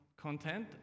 content